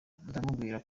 ndamubwira